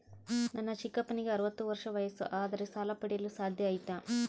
ನನ್ನ ಚಿಕ್ಕಪ್ಪನಿಗೆ ಅರವತ್ತು ವರ್ಷ ವಯಸ್ಸು ಆದರೆ ಸಾಲ ಪಡೆಯಲು ಸಾಧ್ಯ ಐತಾ?